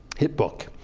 hit book.